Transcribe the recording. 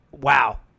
wow